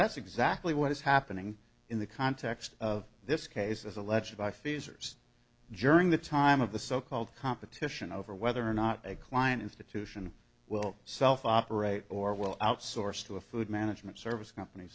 that's exactly what is happening in the context of this case as alleged by fees or journey the time of the so called competition over whether or not a client institution will self operate or will outsource to a food management service company